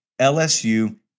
LSU